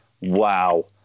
wow